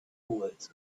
with